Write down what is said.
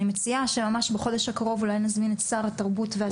אני מציעה שבחודש הקרוב אולי נזמין את שר התרבות והספורט.